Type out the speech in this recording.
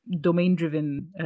domain-driven